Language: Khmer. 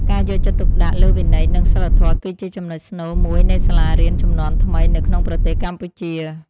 ការយកចិត្តទុកដាក់លើវិន័យនិងសីលធម៌គឺជាចំណុចស្នូលមួយនៃសាលារៀនជំនាន់ថ្មីនៅក្នុងប្រទេសកម្ពុជា។